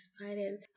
excited